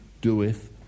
doeth